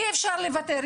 אי אפשר לוותר,